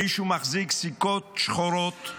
מישהו מחזיק סיכות שחורות,